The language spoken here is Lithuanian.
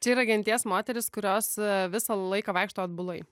čia yra genties moterys kurios visą laiką vaikšto atbulai